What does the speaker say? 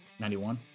91